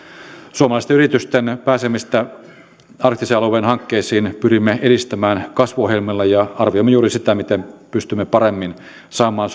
suomalaisten yritysten pääsemistä arktisen alueen hankkeisiin pyrimme edistämään kasvuohjelmilla ja arvioimme juuri sitä miten pystymme paremmin saamaan